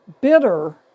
bitter